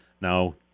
now